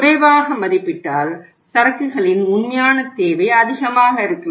குறைவாக மதிப்பிட்டால் சரக்குகளின் உண்மையான தேவை அதிகமாக இருக்கலாம்